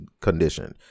condition